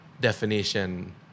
definition